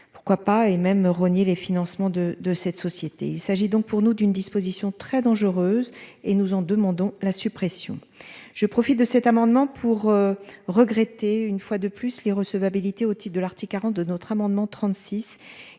Pourquoi pas et même rogné les financements de de cette société. Il s'agit donc, pour nous d'une disposition très dangereuse et nous en demandons la suppression je profite de cet amendement pour regretter une fois de plus les recevabilité au titre de l'article 40 de notre amendement 36